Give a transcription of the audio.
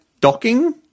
docking